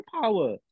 power